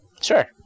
Sure